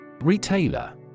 Retailer